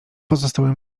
pozostałem